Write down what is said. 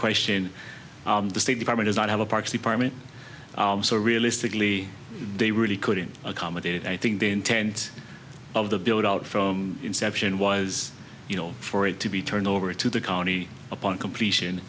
question the state department is not have a parks department so realistically they really couldn't accommodate i think the intent of the build out from inception was you know for it to be turned over to the county upon completion